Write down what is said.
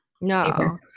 No